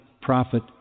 prophet